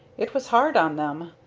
it was hard on them.